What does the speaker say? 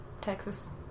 Texas